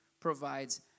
provides